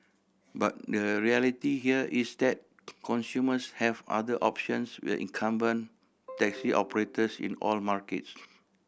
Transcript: but the reality here is that consumers have other options with incumbent taxi operators in all markets